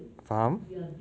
faham